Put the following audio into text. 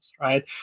right